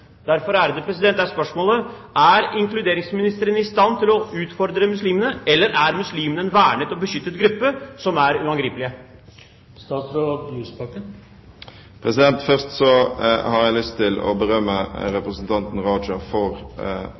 Derfor er spørsmålet: Er inkluderingsministeren i stand til å utfordre muslimene, eller er muslimene en vernet og beskyttet gruppe som er uangripelig? Først har jeg lyst til å berømme representanten Raja for